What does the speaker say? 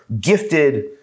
gifted